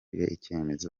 icyemezo